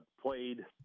played